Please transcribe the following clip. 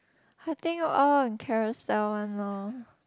I think all on Carousell one lor